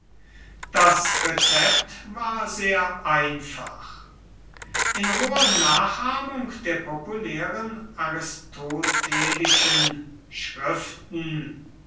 das rezept war sehr einfach in roher nachahmung der populären aristotelischen schriften